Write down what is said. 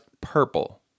purple